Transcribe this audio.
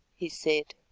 he said.